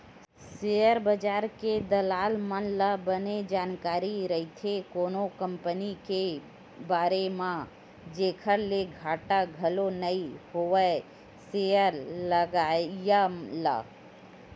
share बजार के दलाल मन ल बने जानकारी रहिथे कोनो कंपनी के बारे म जेखर ले घाटा घलो नइ होवय सेयर लगइया ल